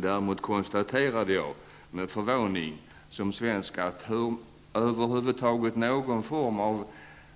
Däremot konstaterade jag som svensk med förvåning att över huvud taget någon form av